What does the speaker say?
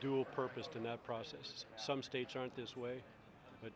dual purpose to not process some states aren't this way but